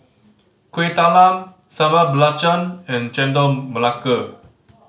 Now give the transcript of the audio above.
Kueh Talam Sambal Belacan and Chendol Melaka